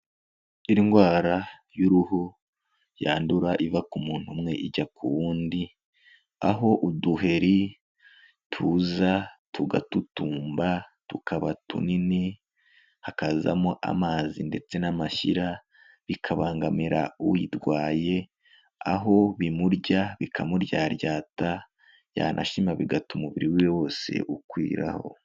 Indwara y'uruhu yandura iva ku muntu umwe ijya ku wundi, aho uduheri tuza tugatutumba tukaba tunini, hakazamo amazi ndetse n'amashyira, bikabangamira uyirwaye, aho bimurya bikamuryaryata, yanashima bigatuma umubiri we wose ukwiraho.